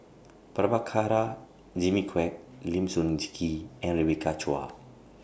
Prabhakara Jimmy Quek Lim Sun Gee and Rebecca Chua